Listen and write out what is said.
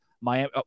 Miami